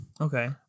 okay